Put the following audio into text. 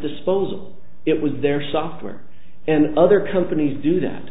disposal it was their software and other companies do that